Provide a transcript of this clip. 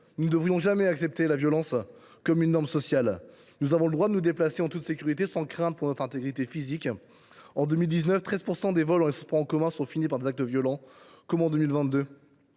Nous ne devrions jamais accepter la violence comme une norme sociale. Nous avons le droit de nous déplacer en toute sécurité, sans craindre pour notre intégrité physique. En 2019, 13 % des vols dans les transports en commun se sont finis par des actes violents. En 2022,